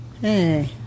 Hey